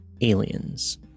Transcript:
Aliens